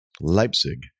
Leipzig